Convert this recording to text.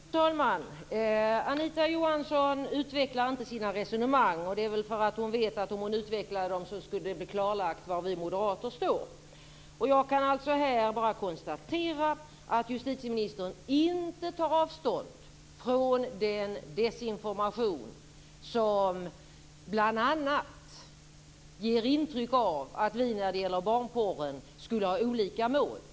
Fru talman! Anita Johansson utvecklar inte sina resonemang. Hon vet väl att om hon utvecklade dem skulle det bli klarlagt var vi moderater står. Jag kan alltså bara konstatera att justitieministern inte tar avstånd från den desinformation som bl.a. ger intryck av att vi skulle ha olika mål när det gäller barnporren.